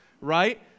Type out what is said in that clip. right